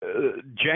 Jane